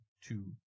two